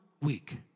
week